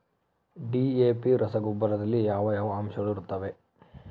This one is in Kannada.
ಡಿ.ಎ.ಪಿ ರಸಗೊಬ್ಬರದಲ್ಲಿ ಯಾವ ಯಾವ ಅಂಶಗಳಿರುತ್ತವರಿ?